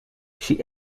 she